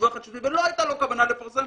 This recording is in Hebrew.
ולא היתה לו כוונה לפרסם,